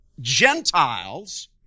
Gentiles